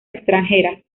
extranjeras